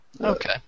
Okay